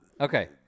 Okay